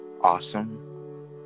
awesome